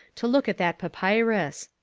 to look at that papyrus.